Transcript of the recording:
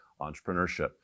entrepreneurship